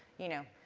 you know,